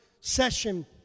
session